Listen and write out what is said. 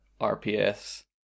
RPS